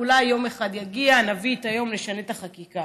אולי יום אחד יגיע, נביא את היום, נשנה את החקיקה.